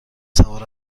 سوار